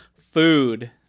food